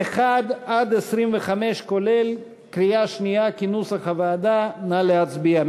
1 25 כולל, קריאה שנייה, כנוסח הוועדה, נא להצביע.